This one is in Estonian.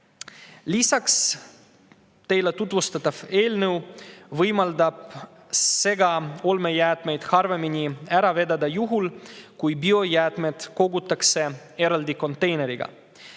Lisaks, teile tutvustatav eelnõu võimaldab segaolmejäätmeid harvemini ära vedada juhul, kui biojäätmed kogutakse eraldi konteinerisse.